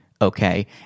Okay